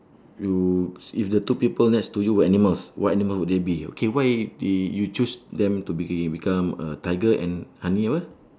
you if the two people next to you were animals what animal would they be okay why did you choose them to be become a tiger and honey what